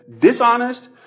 dishonest